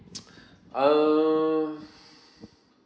uh